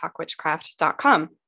talkwitchcraft.com